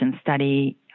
study